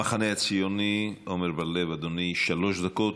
המחנה הציוני, עמר בר-לב, אדוני, שלוש דקות.